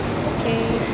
okay